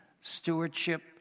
Stewardship